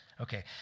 Okay